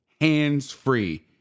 hands-free